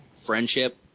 friendship